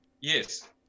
Yes